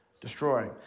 Destroy